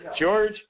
George